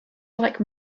like